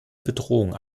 bedrohung